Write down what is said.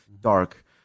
dark